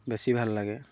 বেছি ভাল লাগে